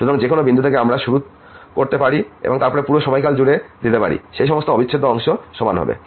সুতরাং যে কোন বিন্দু থেকে আমরা শুরু করতে পারি এবং তারপর পুরো সময়কাল জুড়ে দিতে পারি সেই সমস্ত অবিচ্ছেদ্য অংশ সমান হবে